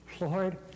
Lord